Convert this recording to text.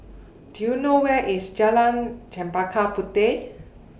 Do YOU know Where IS Jalan Chempaka Puteh